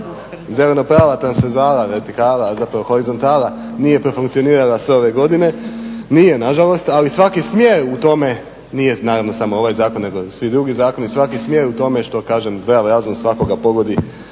Zeleno-plava vertikala zapravo horizontala nije profunkcionirala sve ove godine, nije nažalost ali svaki smjer u tome nije naravno samo ovaj zakon nego svi drugi zakoni, svaki smjer u tome što kažem zdrav razum svakog pogodi